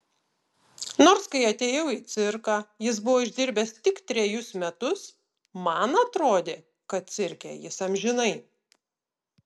nors kai atėjau į cirką jis buvo išdirbęs tik trejus metus man atrodė kad cirke jis amžinai